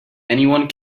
anyone